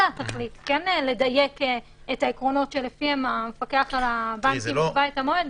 התכלית כן לדייק את העקרונות שלפיהם המפקח על הבנקים יקבע את המועד,